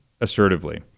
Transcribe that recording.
assertively